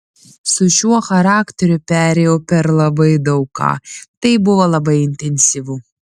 su šiuo charakteriu perėjau per labai daug ką tai buvo labai intensyvu